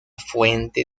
fuente